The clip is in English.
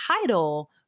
title